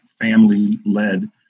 family-led